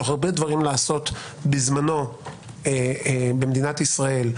הרבה דברים לעשות בזמנו במדינת ישראל,